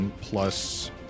plus